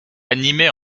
animée